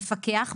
מפקח,